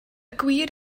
gwir